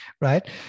right